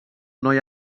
noi